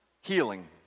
healing